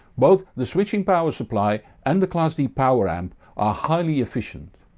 both the switching power supply and the class d powor amp are highly efficient.